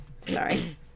Sorry